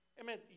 Amen